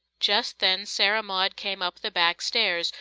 just then sarah maud came up the back-stairs,